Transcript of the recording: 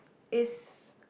is